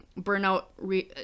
burnout